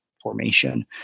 formation